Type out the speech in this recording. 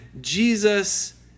Jesus